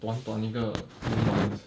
短短一个 two months